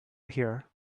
here